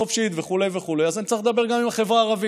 חופשית וכו' וכו' אז אני צריך לדבר גם עם החברה הערבית.